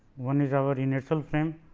one is our inertial frame,